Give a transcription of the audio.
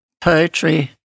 poetry